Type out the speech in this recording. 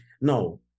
No